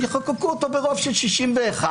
יחוקקו אותו ברוב של 61,